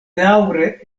daŭre